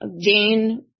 Jane